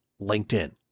LinkedIn